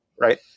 right